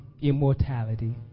immortality